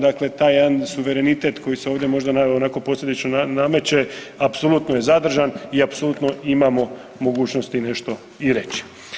Dakle, taj jedan suverenitet koji se ovdje možda onako posljedično nameće apsolutno je zadržan i apsolutno imamo mogućnosti nešto i reći.